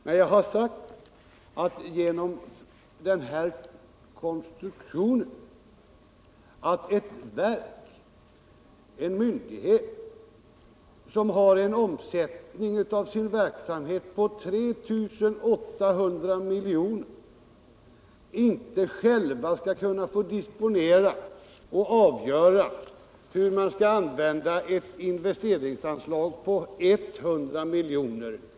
Men jag har påtalat att genom den här konstruktionen kan en myndighet, som har en omsättning i sin verksamhet på 3 800 miljoner, inte själv avgöra hur man skall använda ett investeringsanslag på 100 miljoner.